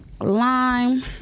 Lime